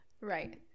Right